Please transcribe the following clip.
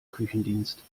küchendienst